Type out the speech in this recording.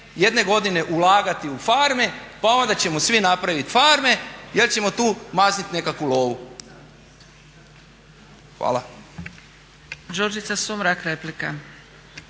jedne godine ulagati u farme, pa onda ćemo svi napraviti farme jel ćemo tu maznuti nekakvu lovu. Hvala.